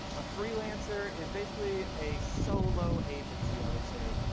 a freelancer is basically a solo agency i would say,